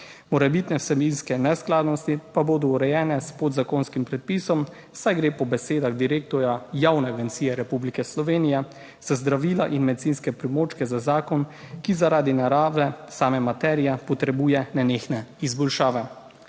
Morebitne vsebinske neskladnosti pa bodo urejene s podzakonskim predpisom, saj gre po besedah direktorja Javne agencije Republike Slovenije za zdravila in medicinske pripomočke za zakon, ki zaradi narave same materije potrebuje nenehne izboljšave.